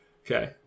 okay